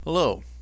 Hello